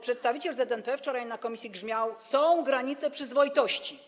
Przedstawiciel ZNP wczoraj na komisji grzmiał, są granice przyzwoitości.